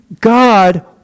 God